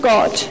God